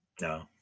No